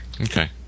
Okay